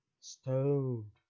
Stone